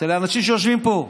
אצל האנשים שיושבים פה.